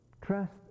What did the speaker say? trust